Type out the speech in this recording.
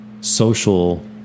social